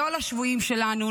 לא על השבויים שלנו,